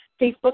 Facebook